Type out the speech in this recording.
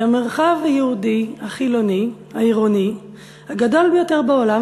היא המרחב היהודי החילוני העירוני הגדול ביותר בעולם,